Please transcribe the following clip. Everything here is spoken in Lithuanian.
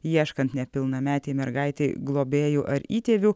ieškant nepilnametei mergaitei globėjų ar įtėvių